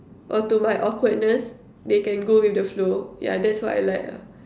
or to my awkwardness they can go with the flow yeah that's what I like ah